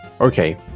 Okay